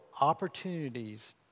opportunities